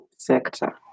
sector